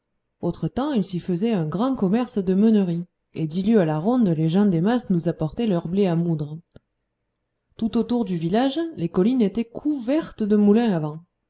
autre temps il s'y faisait un grand commerce de meunerie et dix lieues à la ronde les gens des mas nous apportaient leur blé à moudre tout autour du village les collines étaient couvertes de moulins